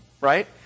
right